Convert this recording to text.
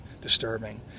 disturbing